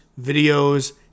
videos